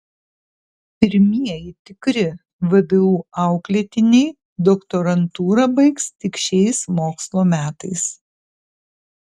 pirmieji tikri vdu auklėtiniai doktorantūrą baigs tik šiais mokslo metais